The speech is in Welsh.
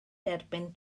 derbyn